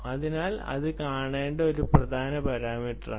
അതിനാൽ ഇത് ഒരു പ്രധാന പാരാമീറ്ററാണ്